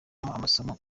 amasomo